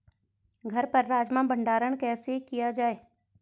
घर पर राजमा का भण्डारण कैसे किया जाय?